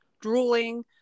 drooling